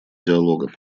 диалога